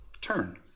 turn